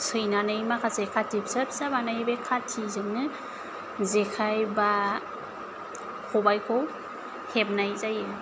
सैनानै माखासे खाथि फिसा फिसा बानायो बे खाथिजोंनो जेखाइ बा खबाइखौ हेबनाय जायो